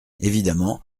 évidemment